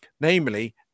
Namely